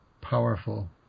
powerful